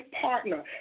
partner